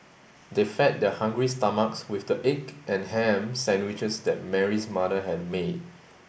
they fed their hungry stomachs with the egg and ham sandwiches that Mary's mother had made